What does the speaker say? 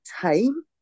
time